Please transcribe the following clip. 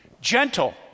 gentle